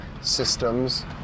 systems